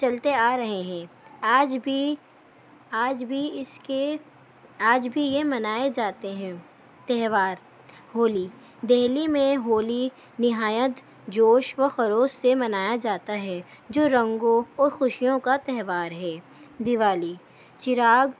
چلتے آ رہے ہیں آج بھی آج بھی اس کے آج بھی یہ منائے جاتے ہیں تہوار ہولی دہلی میں ہولی نہایت جوش و خروش سے منایا جاتا ہے جو رنگوں اور خوشیوں کا تہوار ہے دیوالی چراغ